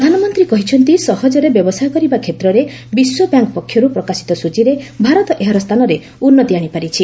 ପ୍ରଧାନମନ୍ତ୍ରୀ କହିଛନ୍ତି ସହଜରେ ବ୍ୟବସାୟ କରିବା କ୍ଷେତ୍ରରେ ବିଶ୍ୱ ବ୍ୟାଙ୍କ ପକ୍ଷରୁ ପ୍ରକାଶିତ ସୂଚୀରେ ଭାରତ ଏହାର ସ୍ଥାନରେ ଉନ୍ନତି ଆଣିପାରିଛି